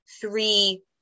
three